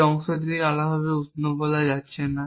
এই অংশটি থেকে আলাদাভাবে উষ্ণ বলা হচ্ছে না